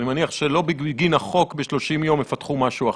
אני מניח שלא בגין החוק ב-30 יום יפתחו משהו אחר.